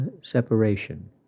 separation